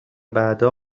بعدها